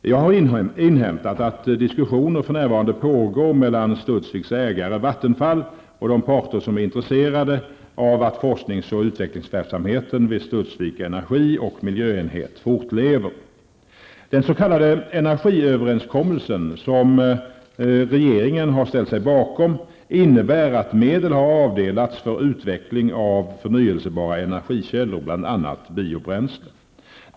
Jag har inhämtat att diskussioner för närvarande pågår mellan Studsviks ägare Vattenfall och de parter som är intresserade av att forsknings och utvecklingsverksamheten vid Studsvik Energi och Den s.k. energiöverenskommelsen som regeringen har ställt sig bakom innebär att medel har avdelats för utveckling av förnyelsebara energikällor, bl.a. biobränsle.